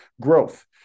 growth